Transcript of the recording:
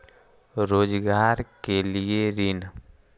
रोजगार के लिए ऋण?